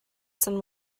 sun